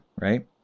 right